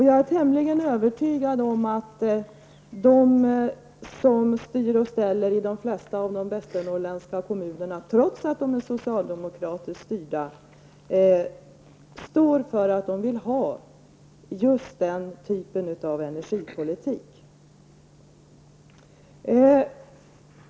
Jag är tämligen övertygad om att de som styr och ställer i de flesta västernorrländska kommuner, trots att dessa kommuner är socialdemokratiskt styrda, står för att de vill ha just den typen av energipolitik.